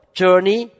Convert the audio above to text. journey